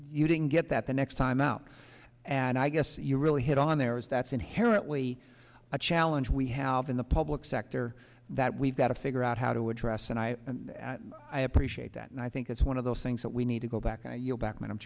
you didn't get that the next time out and i guess you really hit on there as that's inherently a challenge we have in the public sector that we've got to figure out how to address and i and i appreciate that and i think it's one of those things that we need to go back to your back and i'm